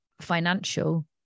financial